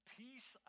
peace